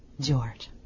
George